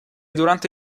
durante